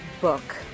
book